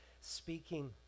speaking